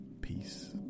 peace